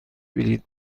بلیط